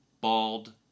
Bald